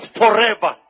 forever